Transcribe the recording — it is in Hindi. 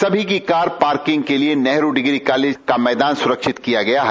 सभी की कार पार्किंग के लिए नेहरू डिग्री कॉलेज का मैदान सुरक्षित किया गया है